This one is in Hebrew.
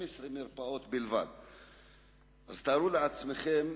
תתארו לעצמכם.